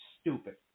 stupid